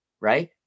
Right